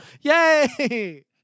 Yay